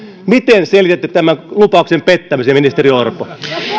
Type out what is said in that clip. miten selitätte tämän lupauksen pettämisen ministeri orpo